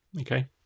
okay